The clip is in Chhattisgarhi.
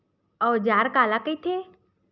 औजार काला कइथे?